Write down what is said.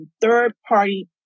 third-party